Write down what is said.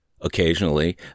Occasionally